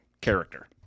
character